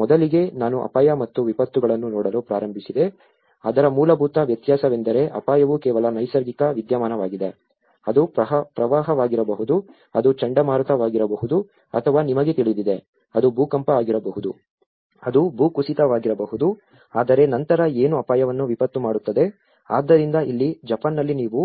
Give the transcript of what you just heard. ಮೊದಲಿಗೆ ನಾನು ಅಪಾಯ ಮತ್ತು ವಿಪತ್ತುಗಳನ್ನು ನೋಡಲು ಪ್ರಾರಂಭಿಸಿದೆ ಅದರ ಮೂಲಭೂತ ವ್ಯತ್ಯಾಸವೆಂದರೆ ಅಪಾಯವು ಕೇವಲ ನೈಸರ್ಗಿಕ ವಿದ್ಯಮಾನವಾಗಿದೆ ಅದು ಪ್ರವಾಹವಾಗಿರಬಹುದು ಅದು ಚಂಡಮಾರುತವಾಗಿರಬಹುದು ಅಥವಾ ನಿಮಗೆ ತಿಳಿದಿದೆ ಅದು ಭೂಕಂಪ ಆಗಿರಬಹುದು ಅದು ಭೂಕುಸಿತವಾಗಿರಬಹುದು ಆದರೆ ನಂತರ ಏನು ಅಪಾಯವನ್ನು ವಿಪತ್ತು ಮಾಡುತ್ತದೆ ಆದ್ದರಿಂದ ಇಲ್ಲಿ ಜಪಾನ್ನಲ್ಲಿ ನೀವು